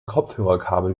kopfhörerkabel